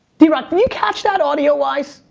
drock can you catch that, audio-wise?